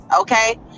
Okay